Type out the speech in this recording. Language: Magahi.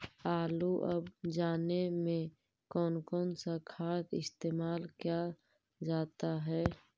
आलू अब जाने में कौन कौन सा खाद इस्तेमाल क्या जाता है?